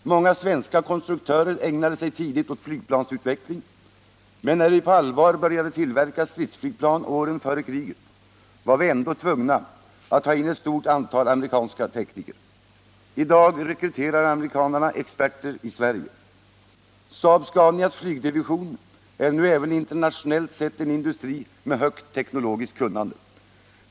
Många svenska konstruktörer har ägnat sig tidigt åt flygplansutveckling, men när vi på allvar började tillverka stridsflygplan åren före kriget var vi ändock tvungna att ta in ett stort antal amerikanska tekniker. I dag rekryterar amerikanarna experter i Sverige. Saab-Scanias flygdivision är nu även internationellt sett en industri med högt teknologiskt kunnande.